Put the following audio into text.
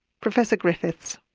professor griffiths.